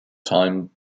time